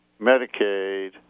Medicaid